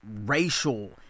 racial